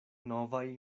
novaj